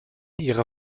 ihrer